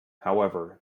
however